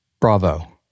bravo